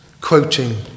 quoting